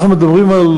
אנחנו מדברים על